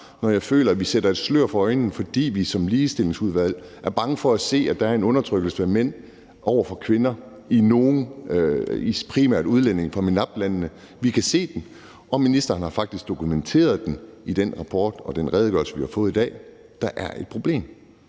når jeg føler, at vi trækker et slør for øjnene, fordi vi som Ligestillingsudvalg er bange for at se, at der er en undertrykkelse af kvinder begået af mænd primært blandt udlændinge fra MENAPT-landene. Vi kan se den, og ministeren har faktisk i den rapport og den redegørelse, vi har fået i dag, dokumenteret,